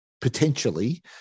potentially